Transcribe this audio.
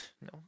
No